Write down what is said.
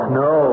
no